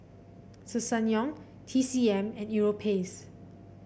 Ssangyong T C M and Europace